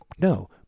no